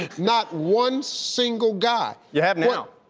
not one single guy. you have now!